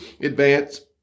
advance